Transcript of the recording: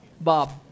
Bob